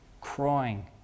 crying